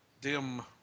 dim